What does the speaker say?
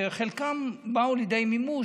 שחלקן באו לידי מימוש,